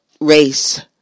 race